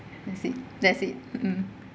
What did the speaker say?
that's it that's it mmhmm